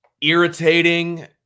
irritating